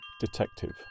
Detective